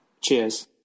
cheers